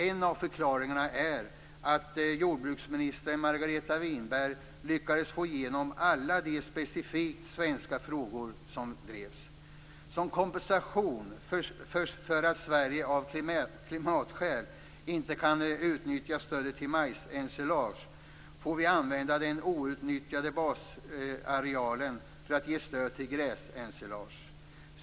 En av förklaringarna är att jordbruksminister Margareta Winberg lyckades få igenom alla de specifikt svenska frågor som vi drev. - Som kompensation för att Sverige av klimatskäl inte kan utnyttja stödet till majsensilage får vi använda den outnyttjade basarealen för att ge stöd till gräsensilage.